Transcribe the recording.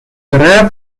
carrera